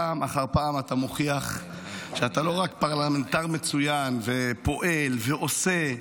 פעם אחר פעם אתה מוכיח שאתה לא רק פרלמנטר מצוין ופועל ועושה,